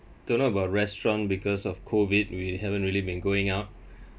talking about restaurant because of COVID we haven't really been going out